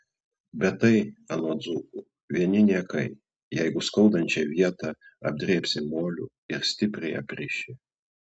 bet tai anot dzūkų vieni niekai jeigu skaudančią vietą apdrėbsi moliu ir stipriai apriši